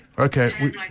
Okay